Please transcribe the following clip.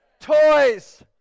Toys